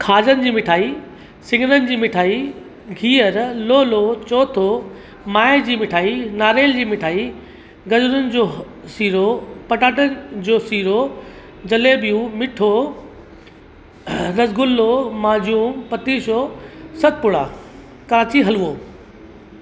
खाॼनि जी मिठाई सिंॻरनि जी मिठाई गिअर लोलो चौथो माए जी मिठाई नारेल जी मिठाई गजरुनि जो सीरो पटाटनि जो सीरो जलेबियूं मिठो रसगुल्लो माजून पतीशो सतपुड़ा कांची हलवो